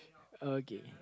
okay